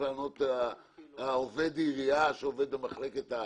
לענות לתושב עובד העירייה שעובד במחלקת הארנונה?